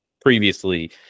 previously